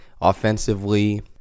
offensively